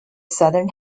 southern